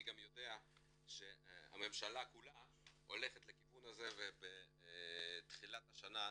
גם יודע שהממשלה כולה הולכת לכיוון הזה ובתחילת השנה,